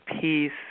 peace